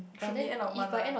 should be end of month ah